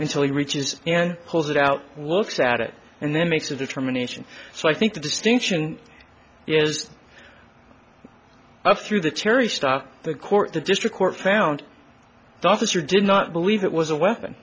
until he reaches and pulls it out looks at it and then makes a determination so i think the distinction is up through the cherry stuff the court the district court found the officer did not believe it was a weapon